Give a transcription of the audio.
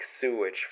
sewage